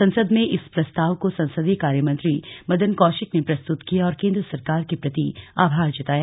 सदन में इस प्रस्ताव को संसदीय कार्य मंत्री मदन कौशिक ने प्रस्तूत किया और केंद्र सरकार के प्रति आभार जताया